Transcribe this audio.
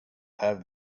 have